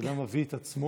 שאדם מביא את עצמו,